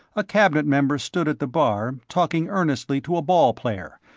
a cabinet member stood at the bar talking earnestly to a ball player,